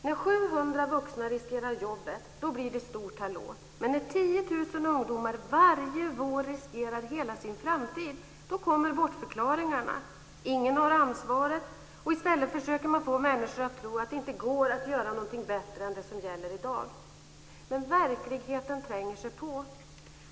När 700 vuxna riskerar jobbet blir det ett stort hallå, men när 10 000 ungdomar varje vår riskerar hela sin framtid kommer bortförklaringarna. Ingen har ansvaret. I stället försöker man få människor att tro att det inte går att göra någonting bättre än det som gäller i dag. Men verkligheten tränger sig på.